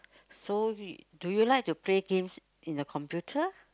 so y~ do you like to play games in the computer